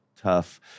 tough